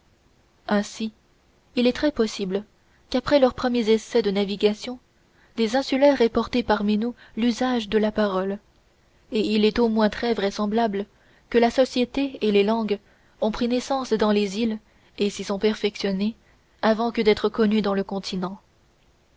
ainsi il est très possible qu'après leurs premiers essais de navigation des insulaires aient porté parmi nous l'usage de la parole et il est au moins très vraisemblable que la société et les langues ont pris naissance dans les îles et s'y sont perfectionnées avant que d'être connues dans le continent